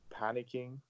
panicking